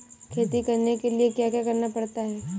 खेती करने के लिए क्या क्या करना पड़ता है?